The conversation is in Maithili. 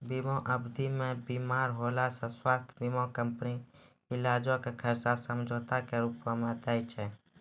बीमा अवधि मे बीमार होला से स्वास्थ्य बीमा कंपनी इलाजो के खर्चा समझौता के रूपो मे दै छै